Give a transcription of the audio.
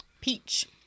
Peach